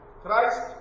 Christ